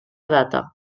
data